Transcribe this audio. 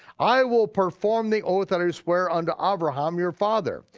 i will perform the oath that i swear unto abraham, your father.